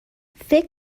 فکر